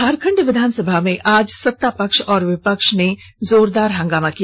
झारखंड विधानसभा में आज सत्ता पक्ष और विपक्ष ने जोरदार हंगामा किया